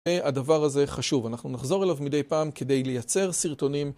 הדבר הזה חשוב. אנחנו נחזור אליו מדי פעם כדי לייצר סרטונים.